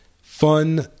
fun